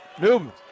Newman